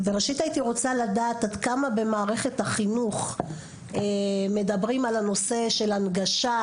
וראשית הייתי רוצה לדעת עד כמה במערכת החינוך מדברים על הנושא של הנגשה,